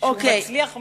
שמצליח מאוד.